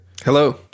Hello